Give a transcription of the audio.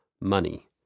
money